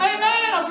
Amen